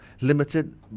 limited